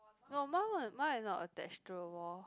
no my one mine is not attached to the wall